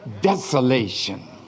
desolation